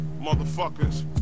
motherfuckers